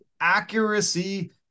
accuracy